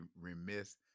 remiss